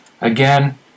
again